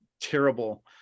terrible